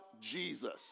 Jesus